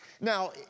Now